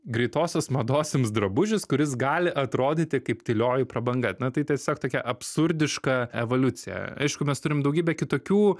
greitosios mados jums drabužis kuris gali atrodyti kaip tylioji prabanga na tai tiesiog tokia absurdiška evoliucija aišku mes turim daugybę kitokių